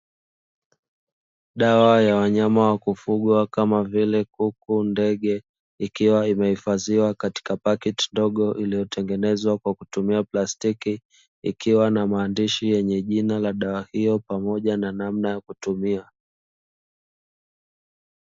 Dawa ya wanyama wa kufugwa kama vile kuku ndege ikiwa imehifadhiwa katika pakiti ndogo lililotengenezwa kwa kutumia plastiki, ikiwa na maandishi yenye jina la dawa hiyo na pamojanamna ya kutumia.